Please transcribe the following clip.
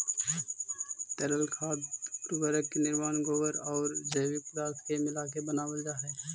तरल खाद उर्वरक के निर्माण गोबर औउर जैविक पदार्थ के मिलाके बनावल जा हई